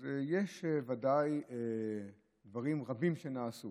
אז יש ודאי דברים רבים שנעשו